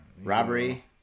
Robbery